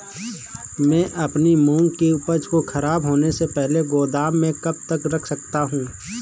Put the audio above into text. मैं अपनी मूंग की उपज को ख़राब होने से पहले गोदाम में कब तक रख सकता हूँ?